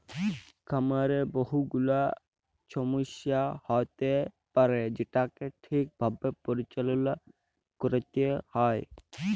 খামারে বহু গুলা ছমস্যা হ্য়য়তে পারে যেটাকে ঠিক ভাবে পরিচাললা ক্যরতে হ্যয়